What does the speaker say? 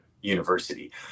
university